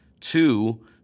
Two